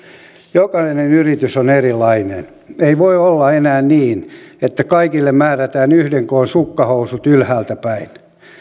jokainen yritys on erilainen ei voi olla enää niin että kaikille määrätään yhden koon sukkahousut ylhäältäpäin